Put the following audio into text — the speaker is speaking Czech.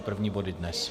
První body dnes.